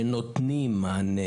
שנותנים מענה